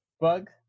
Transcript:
bug